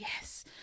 yes